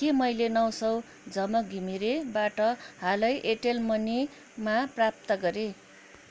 के मैले नौ सौ झमक घिमिरेबाट हालै एयरटेल मनीमा प्राप्त गरेँ